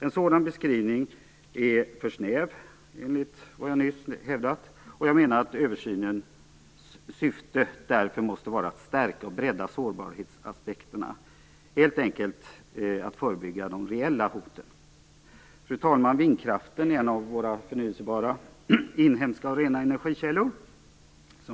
En sådan skrivning är för snäv, enligt vad jag nyss hävdat, och jag menar att översynens syfte därför måste vara att stärka och bredda sårbarhetsaspekterna - att helt enkelt förebygga de reella hoten. Fru talman! Vindkraften är en av våra förnyelsebara inhemska och rena energikällor.